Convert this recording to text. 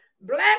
Black